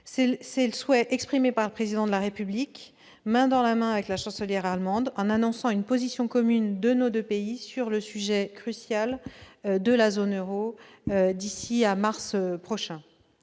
est le souhait exprimé par le Président de la République, annonçant, main dans la main avec la Chancelière allemande, une position commune de nos deux pays sur le sujet crucial de la zone euro d'ici à mars prochain.